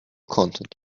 content